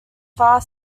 far